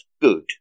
good